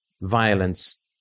violence